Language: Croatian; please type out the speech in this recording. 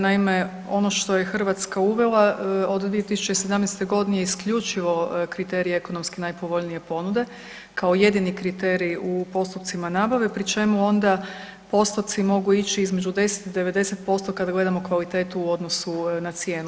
Naime, ono što je Hrvatska uvela od 2017. g. je isključivo kriterij ekonomski najpovoljnije ponude, kao jedini kriterij u postupcima nabave, pri čemu onda postotci mogu ići između 10 i 90% kad gledamo kvalitetu u odnosu na cijenu.